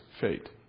fate